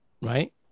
right